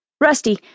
Rusty